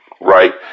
right